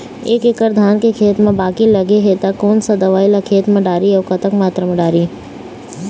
एक एकड़ धान के खेत मा बाकी लगे हे ता कोन सा दवई ला खेत मा डारी अऊ कतक मात्रा मा दारी?